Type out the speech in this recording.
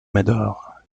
médor